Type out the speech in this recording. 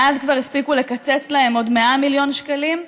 מאז כבר הספיקו לקצץ להם עוד 100 מיליון שקלים,